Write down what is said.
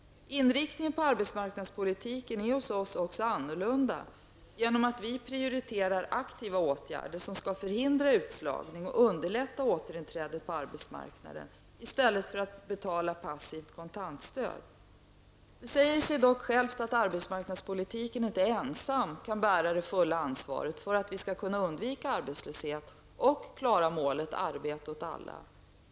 Inriktningen på arbetsmarknadspolitiken är hos oss också annorlunda genom att vi prioriterar aktiva åtgärder som skall förhindra utslagning och underlätta återinträdet på arbetsmarknaden i stället för att betala passiviserande kontantstöd. Det säger sig dock självt att arbetsmarknadspolitiken inte ensam kan bära det fulla ansvaret för att vi skall kunna undvika arbetslöshet och klara målet arbete åt alla.